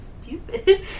stupid